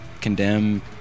condemn